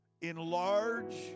Enlarge